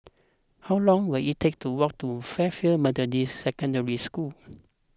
how long will it take to walk to Fairfield Methodist Secondary School